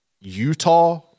Utah